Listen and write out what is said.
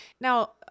Now